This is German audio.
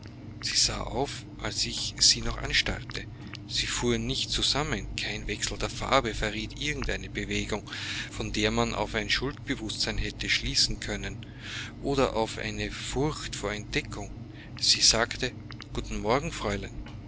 sie sah auf als ich sie noch anstarrte sie fuhr nicht zusammen kein wechsel der farbe verriet irgend eine bewegung von der man auf ein schuldbewußtsein hätte schließen können oder auf eine furcht vor entdeckung sie sagte guten morgen